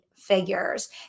figures